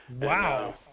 Wow